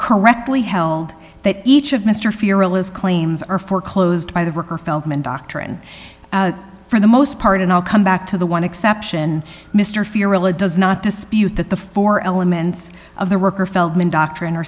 correctly held that each of mr fearless claims are foreclosed by the worker feldman doctrine for the most part and i'll come back to the one exception mr farrell it does not dispute that the four elements of the worker feldman doctrine